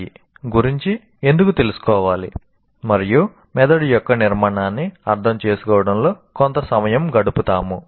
' గురించి ఎందుకు తెలుసుకోవాలి మరియు మెదడు యొక్క నిర్మాణాన్ని అర్థం చేసుకోవడంలో కొంత సమయం గడుపుతాము